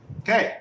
okay